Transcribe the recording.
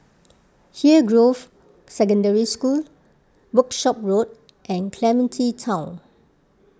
Hillgrove Secondary School Workshop Road and Clementi Town